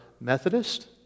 Methodist